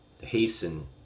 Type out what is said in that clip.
hasten